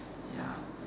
ya